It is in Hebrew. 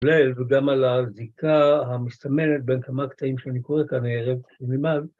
וגם על ההזיקה המסתמנת בין כמה קטעים שאני קורא כאן הערב כפי נמד.